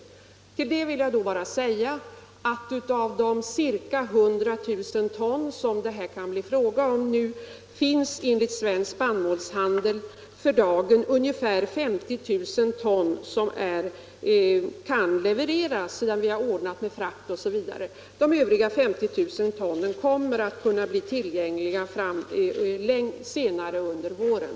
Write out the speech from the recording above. I samband med det vill jag bara säga att av de ca 100 000 ton som det kan bli fråga om finns det enligt Svensk Spannmålshandel för dagen ungefär 50 000 ton som kan levereras sedan vi ordnat med frakt osv. Övriga 50 000 ton kommer att kunna bli tillgängliga senare under våren.